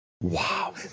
Wow